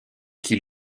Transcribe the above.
qu’il